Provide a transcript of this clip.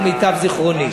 למיטב זיכרוני.